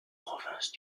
province